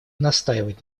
настаивать